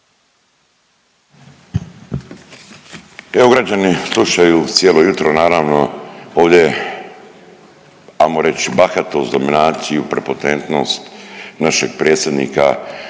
Evo građani slušaju cijelo jutro naravno ovdje ajmo reć bahatost, dominaciju, prepotentnost našeg predsjednika